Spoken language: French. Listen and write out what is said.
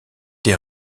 des